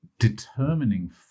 determining